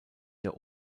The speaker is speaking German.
der